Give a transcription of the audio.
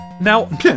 Now